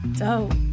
dope